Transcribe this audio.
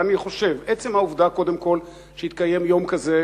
אבל אני חושב שקודם כול עצם העובדה שהתקיים יום כזה